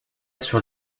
sur